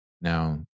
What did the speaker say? Now